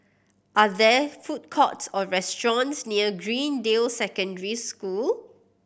are there food courts or restaurants near Greendale Secondary School